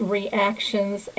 reactions